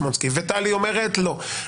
וטלי אומרת לא.